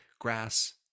grass